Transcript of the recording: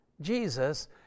Jesus